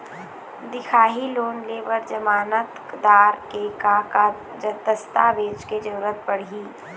दिखाही लोन ले बर जमानतदार के का का दस्तावेज के जरूरत पड़ही?